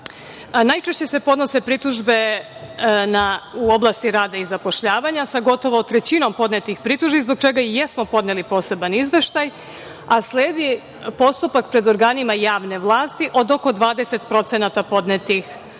najčešće se podnose pritužbe u oblasti rada i zapošljavanja sa gotovo trećinom podnetih pritužbi zbog čega i jesmo podneli poseban Izveštaj. Sledi postupak pred organima javne vlasti od oko 20% podnetih pritužbi,